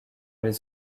les